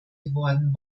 geworden